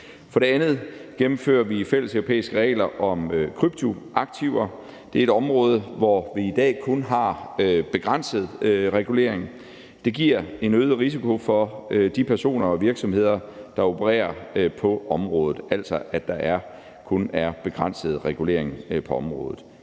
For det andet gennemfører vi fælleseuropæiske regler om kryptoaktiver. Det er et område, hvor vi i dag kun har begrænset regulering. Det giver en øget risiko for de personer og virksomheder, der opererer på området, at der kun er begrænset regulering på området.